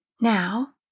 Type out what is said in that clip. Now